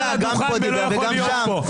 קריב נימק כאן